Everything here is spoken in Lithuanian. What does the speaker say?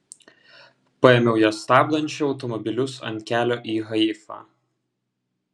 paėmiau ją stabdančią automobilius ant kelio į haifą